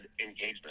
engagement